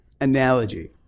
analogy